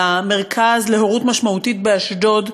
למרכז להורות משמעותית באשדוד,